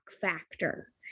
factor